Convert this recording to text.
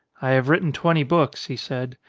i have written twenty books, he said.